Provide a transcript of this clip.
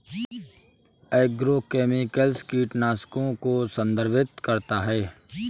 agrochemicals कीटनाशकों को संदर्भित करता है